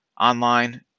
online